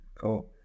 Cool